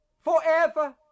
forever